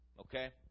Okay